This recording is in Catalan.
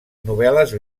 novel·les